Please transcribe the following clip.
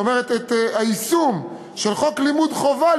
כלומר את יישום חוק לימוד חובה,